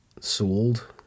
sold